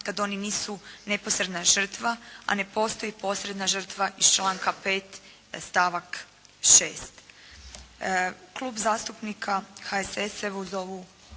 kad oni nisu neposredna žrtva, a ne postoji posredna žrtva iz članka 5. stavak 6. Klub zastupnika HSS-a evo uz ovu